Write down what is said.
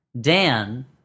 Dan